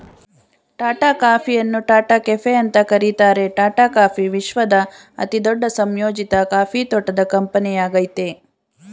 ಟಾಟಾ ಕಾಫಿಯನ್ನು ಟಾಟಾ ಕೆಫೆ ಅಂತ ಕರೀತಾರೆ ಟಾಟಾ ಕಾಫಿ ವಿಶ್ವದ ಅತಿದೊಡ್ಡ ಸಂಯೋಜಿತ ಕಾಫಿ ತೋಟದ ಕಂಪನಿಯಾಗಯ್ತೆ